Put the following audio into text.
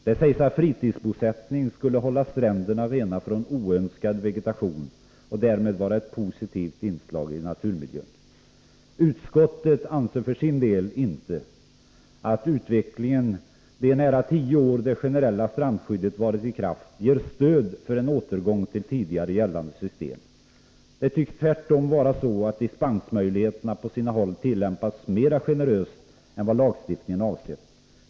Där sägs att fritidsbosättning skulle hålla stränderna rena från oönskad vegetation och därmed vara ett positivt inslag i naturmiljön. Utskottet anser för sin del inte att utvecklingen under de nära tio år som det generella strandskyddet har varit i kraft ger stöd för en återgång till tidigare gällande system. Tvärtom tycks dispensmöjligheterna på sina håll tillämpas mer generöst än lagstiftningen avsett.